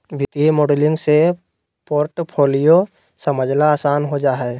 वित्तीय मॉडलिंग से पोर्टफोलियो समझला आसान हो जा हय